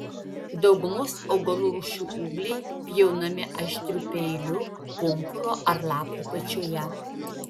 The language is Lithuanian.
daugumos augalų rūšių ūgliai pjaunami aštriu peiliu pumpuro ar lapo apačioje